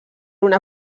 una